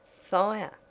fire,